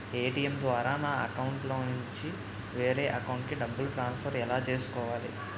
ATM ద్వారా నా అకౌంట్లోనుంచి వేరే అకౌంట్ కి డబ్బులు ట్రాన్సఫర్ ఎలా చేసుకోవాలి?